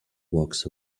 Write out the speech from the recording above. walks